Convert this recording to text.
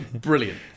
Brilliant